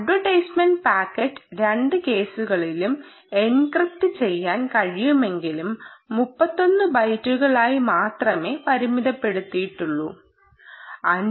അ ഡ്വവർടൈസ്മെന്റ് packet രണ്ട് കേസുകളിലും encrypt ചെയ്യാൻ കഴിയുമെങ്കിലും 31 ബൈറ്റുകളായി മാത്രമേ പരിമിതപ്പെടുത്തിയിട്ടുള്ളൂ 5